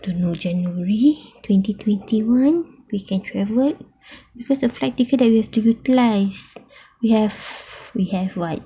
don't know january twenty twenty one we can travel because the flight ticket that we have to utilize we have we have what